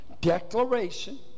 Declaration